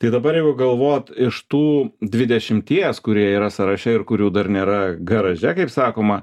tai dabar jau galvot iš tų dvidešimties kurie yra sąraše ir kurių dar nėra garaže kaip sakoma